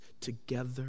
together